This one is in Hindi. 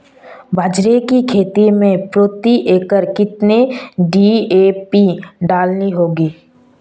बाजरे की खेती में प्रति एकड़ कितनी डी.ए.पी डालनी होगी?